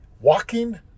Walking